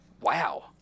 Wow